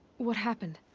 what happened?